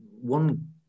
one